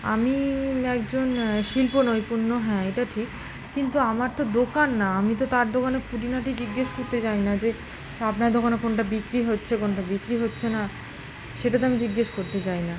আমি একজন শিল্প নৈপুণ্য হ্যাঁ এটা ঠিক কিন্তু আমার তো দোকান না আমি তো তার দোকানে খুঁটিনাটি জিজ্ঞাসা করতে যাই না যে আপনার দোকানে কোনটা বিক্রি হচ্ছে কোনটা বিক্রি হচ্ছে না সেটা তো আমি জিজ্ঞাসা করতে যাই না